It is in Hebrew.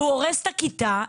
הוא הורס את הכיתה,